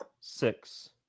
Six